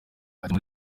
ajya